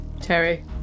Terry